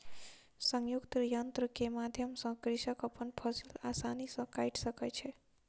संयुक्तक यन्त्र के माध्यम सॅ कृषक अपन फसिल आसानी सॅ काइट सकै छै